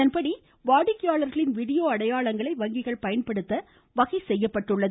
இதன்படி வாடிக்கையாளர்களின் வீடியோ அடையாளங்களை வங்கிகள் பயன்படுத்த வகை செய்யப்பட்டுள்ளன